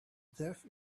death